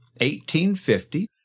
1850